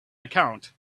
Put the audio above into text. account